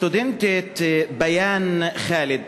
הסטודנטית ביאן ח'אלד,